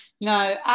No